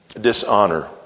dishonor